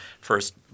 first